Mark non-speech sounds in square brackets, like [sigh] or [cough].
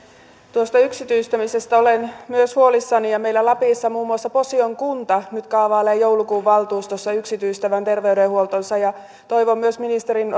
tuosta yksityistämisestä olen huolissani meillä lapissa muun muassa posion kunta nyt kaavailee joulukuun valtuustossa yksityistävänsä terveydenhuoltonsa toivon myös ministerin [unintelligible]